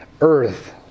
Earth